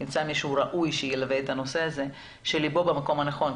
ימצא מישהו ראוי שילווה את הנושא שליבו במקום הנכון,